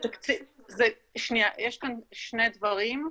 יש כאן שני דברים.